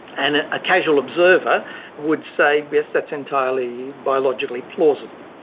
and a casual observer would say, yes, that's entirely biologically plausible.